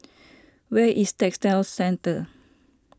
where is Textile Centre